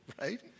right